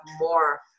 more